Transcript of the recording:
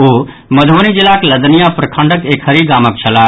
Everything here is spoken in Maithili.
ओ मधुवनी जिलाक लदनियाँ प्रखंडक एकहरी गामक छलाह